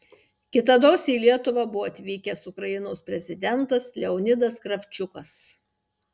kitados į lietuvą buvo atvykęs ukrainos prezidentas leonidas kravčiukas